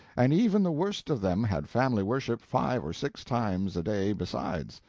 and even the worst of them had family worship five or six times a day besides.